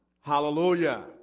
Hallelujah